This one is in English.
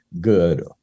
good